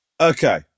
Okay